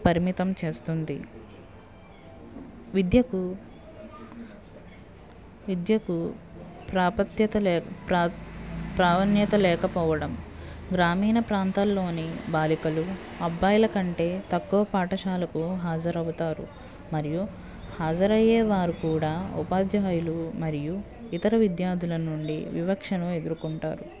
పరిమితం చేస్తుంది విద్యకు విద్యకు ప్రాప్యత ప్రాప్యత లేకపోవడం గ్రామీణ ప్రాంతాల్లోని బాలికలు అబ్బాయిల కంటే తక్కువ పాఠశాలకు హాజరవుతారు మరియు హాజరయ్యే వారు కూడా ఉపాధ్యాయులు మరియు ఇతర విద్యార్థుల నుండి వివక్షను ఎదురుకొంటారు